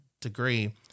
degree